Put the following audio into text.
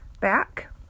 back